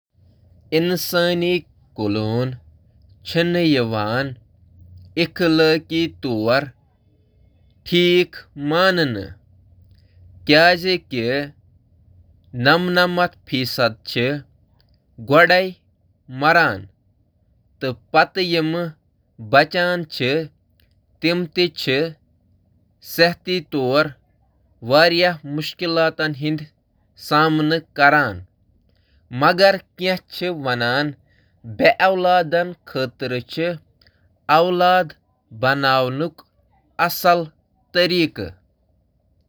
نہٕ، انسانن ہنٛز کلوننگ چِھ قریب عالمی اتفاق رائے سۭتۍ غأر اخلاقی سمجھنہٕ یوان، تہٕ مجرمانہ قانون کہ ذریعہٕ گژھہٕ اتھ پیٹھ پابندی لگاونہٕ یُن۔